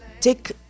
take